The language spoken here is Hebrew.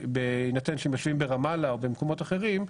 בהינתן שהם יושבים ברמאללה או במקומות אחרים,